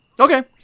Okay